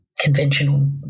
Conventional